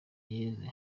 yeze